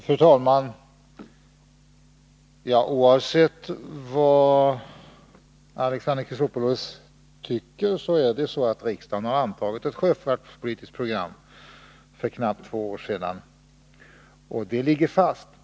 Fru talman! Oavsett vad Alexander Chrisopoulos tycker är det så att riksdagen för knappt två år sedan antog ett sjöfartspolitiskt program, och det ligger fast.